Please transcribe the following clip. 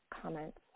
comments